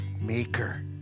maker